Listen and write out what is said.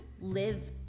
live